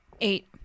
Eight